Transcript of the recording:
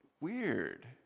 Weird